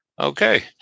Okay